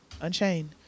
Unchained